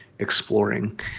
exploring